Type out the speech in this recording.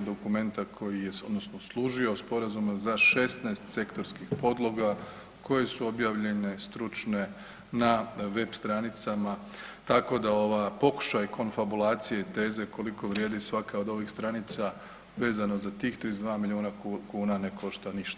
dokumenta koji je, odnosno služio, sporazuma za 16 sektorskih podloga koje su objavljene stručne na web stranicama, tako da ova pokušaj konfabulacije i teze koliko vrijedi svaka od ovih stranica vezana za tih 32 milijuna kuna ne košta ništa.